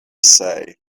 say